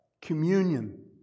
communion